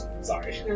Sorry